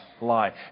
lie